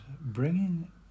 bringing